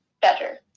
better